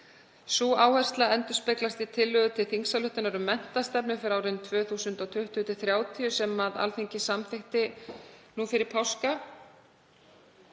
Sú áhersla endurspeglast í tillögu til þingsályktunar um menntastefnu fyrir árin 2020–2030, sem Alþingi samþykkti nú fyrir páska.